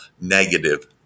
negative